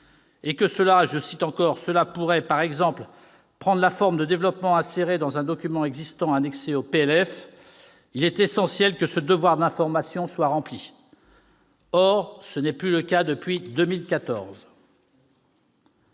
et que « cela pourrait par exemple prendre la forme de développements insérés dans un document existant annexé au projet de loi de finances annuel », il est essentiel que ce devoir d'information soit rempli. Or ce n'est plus le cas depuis 2014.